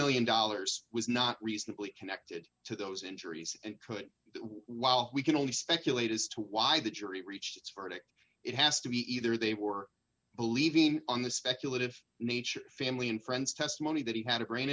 million dollars was not recently connected to those injuries and could while we can only speculate as to why that yury reach its verdict it has to be either they were believing on the speculative nature family and friends testimony that he had a brain